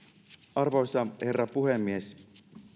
arvoisa herra puhemies